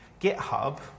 GitHub